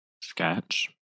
Sketch